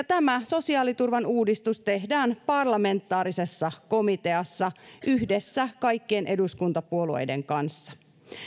tämä sosiaaliturvan uudistus tehdään parlamentaarisessa komiteassa yhdessä kaikkien eduskuntapuolueiden kanssa